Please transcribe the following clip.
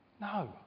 No